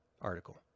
article